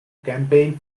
campaign